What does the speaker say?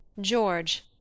George